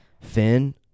Finn